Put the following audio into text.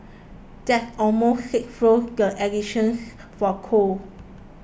that's almost sixfold the additions for coal